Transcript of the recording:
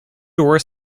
door